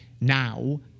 now